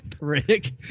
Rick